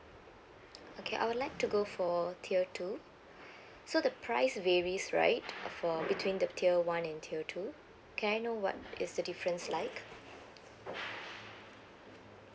okay I would like to go for tier two so the price varies right for between the tier one and tier two can I know what is the difference like